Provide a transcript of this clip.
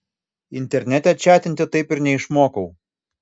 internete čatinti taip ir neišmokau